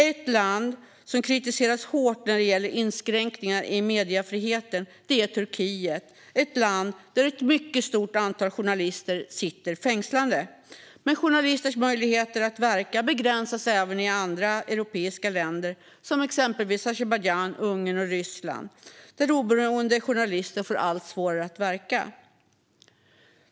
Ett land som kritiserats hårt när det gäller inskränkningar i mediefriheten är Turkiet, ett land där ett mycket stort antal journalister sitter fängslade. Men journalisters möjligheter att verka begränsas även i andra europeiska länder, exempelvis Azerbajdzjan, Ungern och Ryssland, där oberoende journalister får allt svårare att verka.